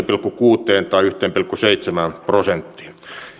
pilkku kuusi tai yhteen pilkku seitsemään prosenttiin